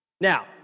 Now